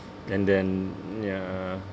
and then ya